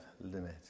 limit